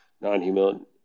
non-human